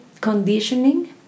conditioning